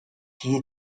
hier